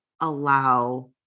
allow